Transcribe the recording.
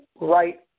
right